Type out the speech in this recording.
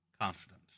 confidence